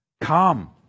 Come